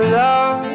love